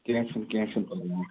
کینٛہہ چھُنہٕ کینٛہہ چھُنہٕ پَرواے